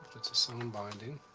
it's a sewn binding.